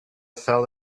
fell